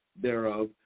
thereof